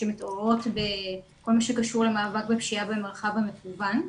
שמתעוררות בכל מה שקשור למאבק בפשיעה במרחב המקוון.